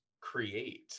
create